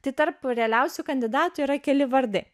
tai tarp realiausių kandidatų yra keli vardai